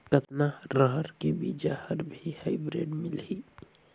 कतना रहर के बीजा हर भी हाईब्रिड मिलही?